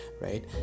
right